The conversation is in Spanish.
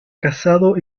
casado